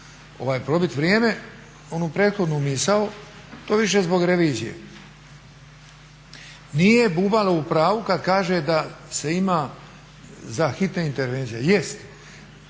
probit vrijeme, onu prethodnu misao, to više zbog revizije. Nije Bubalo u pravu kad kaže da se ima za hitne intervencije. Jest,